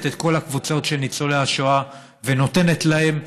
את כל הקבוצות של ניצולי השואה ונותנת להם,